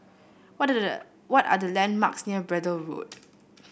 what what are the landmarks near Braddell Road